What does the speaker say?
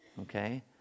okay